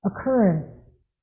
occurrence